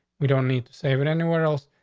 we don't need to save it anywhere else.